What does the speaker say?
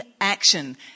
action